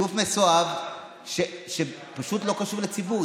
גוף מסואב שפשוט לא חשוב לציבור.